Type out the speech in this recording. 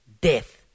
death